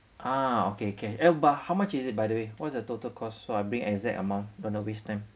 ah okay can eh but how much is it by the way what is the total cost so I bring the exact amount don't want waste time